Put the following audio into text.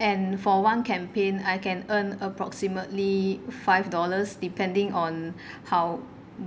and for one campaign I can earn approximately five dollars depending on how